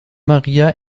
maria